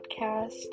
podcast